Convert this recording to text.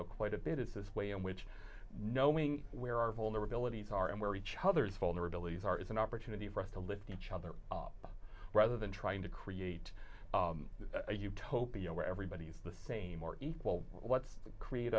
about quite a bit is this way in which knowing where our vulnerabilities are and where each other's vulnerabilities are is an opportunity for us to lift each other up rather than trying to create a utopia where everybody is the same or equal what's create